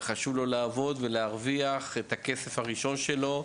אבל חשוב לו לעבוד ולהרוויח את הכסף הראשון שלו,